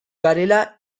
garela